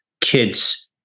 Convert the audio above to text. kids